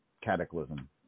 Cataclysm